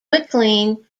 maclean